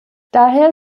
daher